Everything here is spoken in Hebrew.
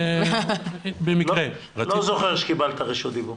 לא זוכר שקיבלת רשות דיבור.